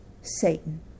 Satan